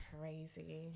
Crazy